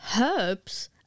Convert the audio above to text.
Herbs